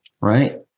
right